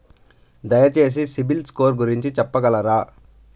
దయచేసి సిబిల్ స్కోర్ గురించి చెప్పగలరా?